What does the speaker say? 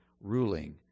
ruling